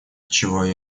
отчего